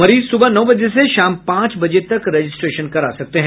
मरीज सुबह नौ बजे से शाम पांच बजे तक रजिस्ट्रेशन करा सकते हैं